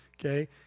okay